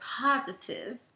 positive